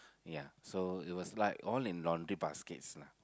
ya so it was like all in laundry baskets lah ya